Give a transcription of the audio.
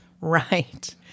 Right